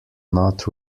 not